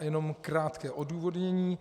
Jenom krátké odůvodnění.